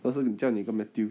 到时候叫你跟 matthew